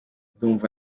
ndumva